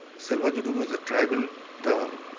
salwa judum is a tribal term,